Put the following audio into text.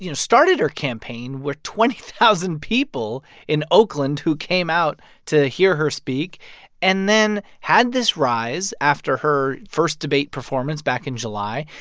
you know started her campaign with twenty thousand people in oakland who came out to hear her speak and then had this rise after her first debate performance back in july,